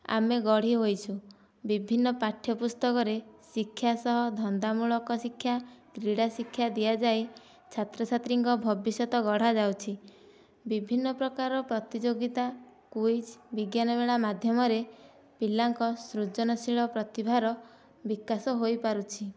ଆମେ ଗଢ଼ି ହୋଇଛୁ ବିଭିନ୍ନ ପାଠ୍ୟ ପୁସ୍ତକରେ ଶିକ୍ଷା ସହ ଧନ୍ଦାମୂଳକ ଶିକ୍ଷା କ୍ରୀଡ଼ା ଶିକ୍ଷା ଦିଆଯାଇ ଛାତ୍ରଛାତ୍ରୀଙ୍କ ଭବିଷ୍ୟତ ଗଢ଼ା ଯାଉଛି ବିଭିନ୍ନ ପ୍ରକାର ପ୍ରତିଯୋଗିତା କୁଇଜ୍ ବିଜ୍ଞାନ ମେଳା ମାଧ୍ୟମରେ ପିଲାଙ୍କ ସୃଜନଶୀଳ ପ୍ରତିଭାର ବିକାଶ ହୋଇପାରୁଛି